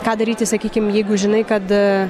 ką daryti sakykim jeigu žinai kad